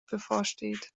bevorsteht